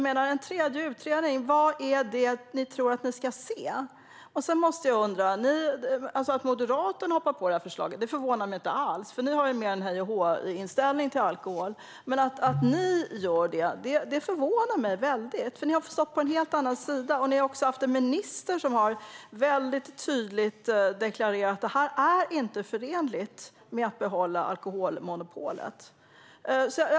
Vad är det ni tror att en tredje utredning ska visa? Att Moderaterna är med på förslaget förvånar mig inte alls, för de har mer av en hej och hå-inställning till alkohol. Men att ni kristdemokrater gör det förvånar mig väldigt, för ni har stått på en helt annan sida. Ni har också haft en minister som mycket tydligt har deklarerat att det inte är förenligt med att behålla alkoholmonopolet.